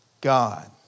God